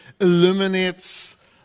illuminates